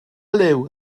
liw